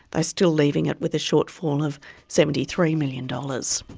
ah still leaving it with a shortfall of seventy three million dollars.